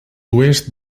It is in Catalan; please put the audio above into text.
oest